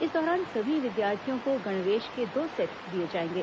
इस दौरान सभी विद्यार्थियों को गणवेश के दो सेट दिए जाएंगे